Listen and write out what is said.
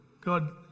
God